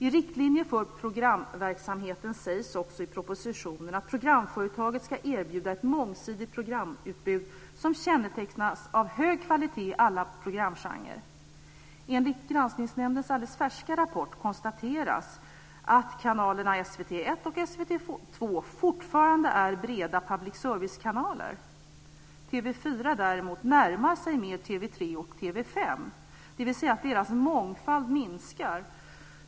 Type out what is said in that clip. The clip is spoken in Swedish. I en riktlinje för programverksamheten sägs också i propositionen att programföretaget ska erbjuda ett mångsidigt programutbud som kännetecknas av hög kvalitet i alla programgenrer. Enligt Granskningsnämndens alldeles färska rapport konstateras att kanalerna SVT 1 och SVT 2 fortfarande är breda public servicekanaler. TV 4 närmar sig däremot mer TV 3 och TV 5, dvs. deras mångfald minskar.